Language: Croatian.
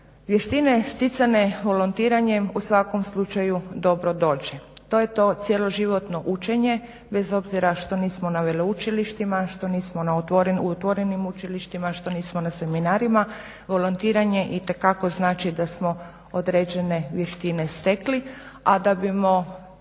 Vještine sticane volontiranjem u svakom slučaju dobro dođe. To je to cjeloživotno učenje bez obzira što nismo na veleučilištima, što nismo u otvorenim učilištima, što nismo na seminarima, volontiranje itekako znači da smo određene vještine stekli, a da bimo